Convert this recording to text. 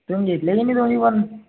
तुम्ही घेतल्या की नाही दोन्ही पण